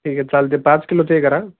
ठीक आहे चालते पाच किलो ते करा